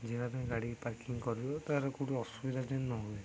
ଯାହାବି ଗାଡ଼ି ପାର୍କିଂ କରିବ ତା'ର କୋଠି ଅସୁବିଧା ଯେନ୍ତି ନ ହୁଏ